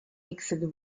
except